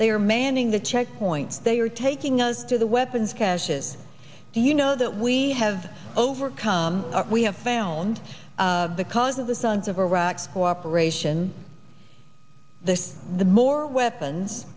they are manning the checkpoints they are taking us to the weapons caches do you know that we have overcome we have found the cause of the sons of iraq's cooperation the the more weapons